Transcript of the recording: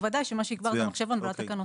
בוודאי שמה שיגבר זה המחשבון והתקנות.